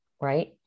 right